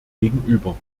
gegenüber